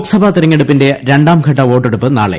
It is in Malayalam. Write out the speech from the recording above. ലോക്സഭ തെരഞ്ഞെടുപ്പിന്റെ ര ാംഘട്ട വോട്ടെടുപ്പ് നാളെ